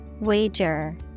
Wager